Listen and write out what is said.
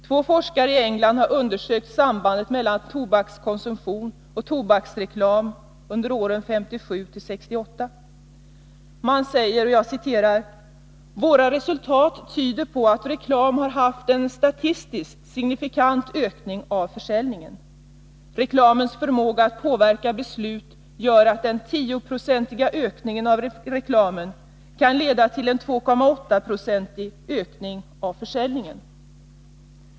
Två forskare i England har undersökt sambandet mellan tobakskonsumtion och tobaksreklam under åren 1957-1968 i Storbritannien. De säger: Våra resultat tyder på att reklam har medfört en statistiskt signifikant ökning av försäljningen. Reklamens förmåga att påverka beslut under inte endast samtidigt infallande tidsperiod utan även kommande tidsperiod gör att en 10-procentig ökning av reklamen kan leda till 2,8 26 ökning av försäljningen.